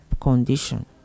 condition